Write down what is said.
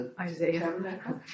Isaiah